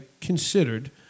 considered